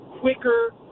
quicker